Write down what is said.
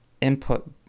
input